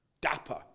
dapper